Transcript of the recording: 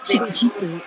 she got cheated